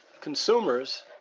consumers